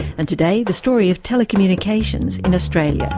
and today, the story of telecommunications in australia.